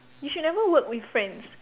you should never work with friends